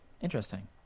Interesting